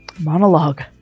Monologue